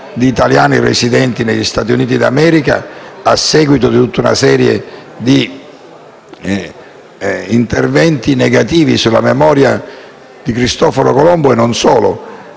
di italiani residenti negli Stati Uniti d'America a seguito di tutta una serie di interventi negativi sulla memoria di Cristoforo Colombo e non solo